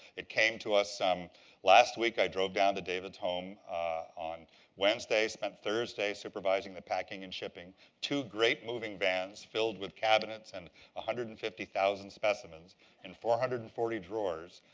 it came to us um last week. i drove down to david's home on wednesday. spent thursday supervising the packing and shipping to great moving vans filled with cabinets and one hundred and fifty thousand specimens and four hundred and forty drawers,